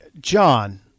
John